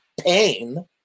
pain